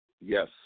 Yes